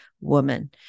woman